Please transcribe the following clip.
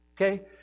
Okay